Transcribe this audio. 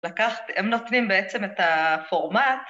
לקחת, הם נותנים בעצם את הפורמט.